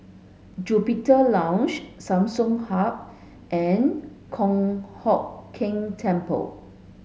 Juniper Lodge Samsung Hub and Kong Hock Keng Temple